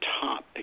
top